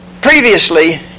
Previously